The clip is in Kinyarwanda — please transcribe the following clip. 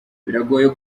biragoye